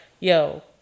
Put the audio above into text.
Yo